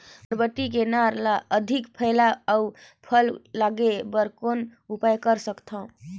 बरबट्टी के नार ल अधिक फैलाय अउ फल लागे बर कौन उपाय कर सकथव?